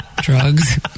Drugs